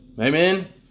Amen